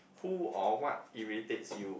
who or what irritates you